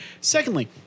Secondly